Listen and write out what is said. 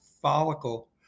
follicle